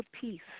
peace